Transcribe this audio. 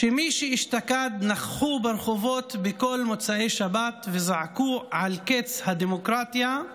שמי שאשתקד נכחו ברחובות בכל מוצ"ש וזעקו על קץ הדמוקרטיה,